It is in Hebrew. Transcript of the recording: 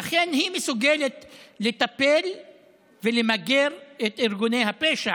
לכן היא מסוגלת לטפל ולמגר את ארגוני הפשע,